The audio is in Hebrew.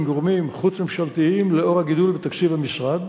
גורמים חוץ-ממשלתיים לאור הגידול בתקציב המשרד,